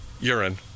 urine